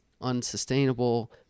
unsustainable